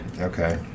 Okay